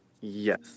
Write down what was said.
yes